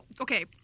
Okay